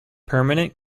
permanent